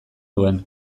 duen